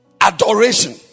adoration